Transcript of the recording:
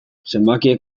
zenbakiek